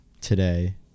today